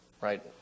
right